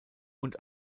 und